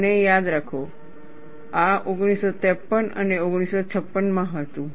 અને યાદ રાખો આ 1953 અને 1956 માં હતું